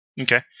Okay